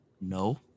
No